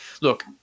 Look